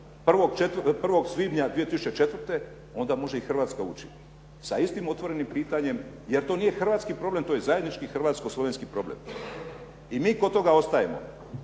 1. svibnja 2004., onda može i Hrvatska ući sa istim otvorenim pitanjem jer to nije hrvatski problem, to je zajednički hrvatsko-slovenski problem. I mi kod toga ostajemo.